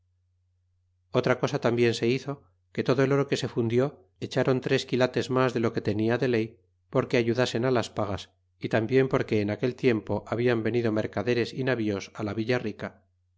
otra cosa tambien se hizo que todo el oro que se fundió echron tres quilates mas de lo que tenia de ley porque ayudasen las pagas y tambien porque en aquel tiempo habían venido mercaderes y navíos la villa rica